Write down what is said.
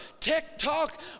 TikTok